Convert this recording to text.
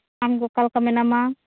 ᱟᱢ ᱜᱮ ᱚᱠᱟ ᱞᱮᱠᱟ ᱢᱮᱱᱟᱢᱟ